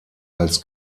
als